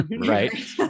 right